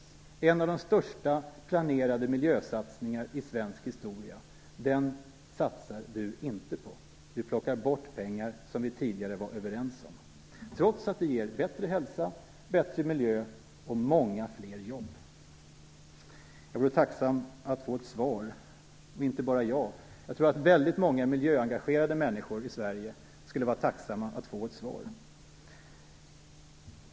Det är en av de största planerade miljösatsningarna i svensk historia. Den satsar inte Göran Persson på, han plockar bort pengar som vi tidigare var överens om, trots att denna sanering ger bättre hälsa, bättre miljö och många fler jobb. Jag vore tacksam att få ett svar, och inte bara jag. Jag tror att väldigt många miljöengagerade människor i Sverige skulle vara tacksamma att få ett svar.